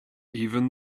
even